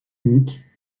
unique